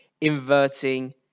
inverting